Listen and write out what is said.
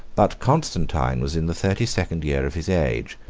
but constantine was in the thirty-second year of his age,